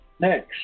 Next